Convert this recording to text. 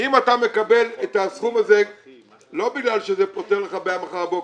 אם אתה מקבל את הסכום הזה לא בגלל שזה פותר לך בעיה מחר בבוקר,